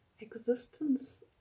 existence